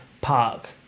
Park